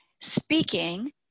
speaking